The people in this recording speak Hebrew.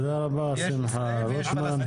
תודה רבה, שמחה רוטמן.